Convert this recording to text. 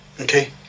okay